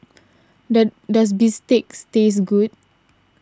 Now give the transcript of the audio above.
does does Bistake taste good